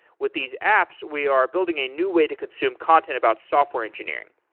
with these apps, we are building a new way to consume content about software engineering.